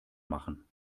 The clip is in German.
machen